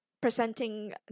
presenting